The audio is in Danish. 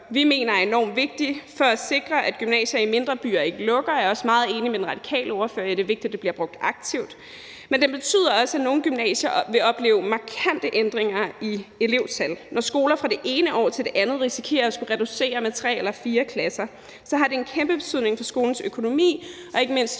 vi mener er enorm vigtig for at sikre, at gymnasier i mindre byer ikke lukker. Jeg er også meget enig med den radikale ordfører i, at det er vigtigt, at det bliver brugt aktivt, men det betyder også, at nogle gymnasier vil opleve markante ændringer i elevtal, når skoler fra det ene år til det andet risikerer at skulle reducere med tre eller fire klasser. Det har en kæmpe betydning for skolens økonomi, ikke mindst